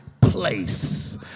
place